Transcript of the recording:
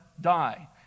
die